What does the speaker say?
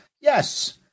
Yes